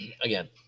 again